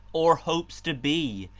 or hopes to be,